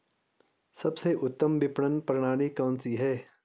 सबसे उत्तम विपणन प्रणाली कौन सी है?